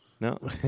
No